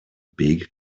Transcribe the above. big